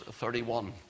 31